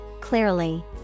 clearly